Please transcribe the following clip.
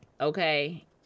okay